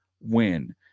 win